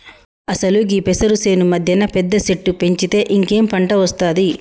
అసలు గీ పెసరు సేను మధ్యన పెద్ద సెట్టు పెంచితే ఇంకేం పంట ఒస్తాది